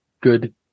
good